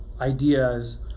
ideas